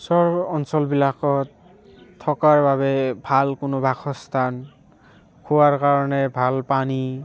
চৰ অঞ্চলবিলাকত থকাৰ বাবে ভাল কোনো বাসস্থান খোৱাৰ কাৰণে ভাল পানী